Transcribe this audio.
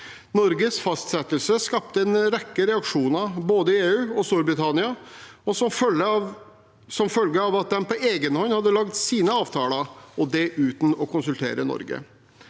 Norges fastsettelse skapte en rekke reaksjoner, både i EU og Storbritannia, som følge av at de på egen hånd hadde lagt sine avtaler, og det uten å konsultere Norge.